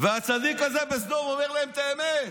והצדיק הזה בסדום אומר להם את האמת,